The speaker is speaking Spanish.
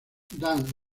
dan